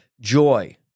joy